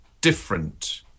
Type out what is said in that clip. different